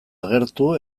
agertu